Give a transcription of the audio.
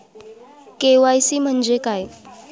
KYC म्हणजे काय?